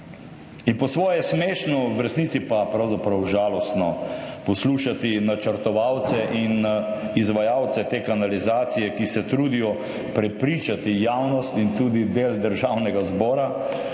in po svoje smešno, v resnici pa pravzaprav žalostno poslušati načrtovalce in izvajalce te kanalizacije, ki se trudijo prepričati javnost 42. TRAK: (SC)